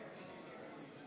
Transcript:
נוכח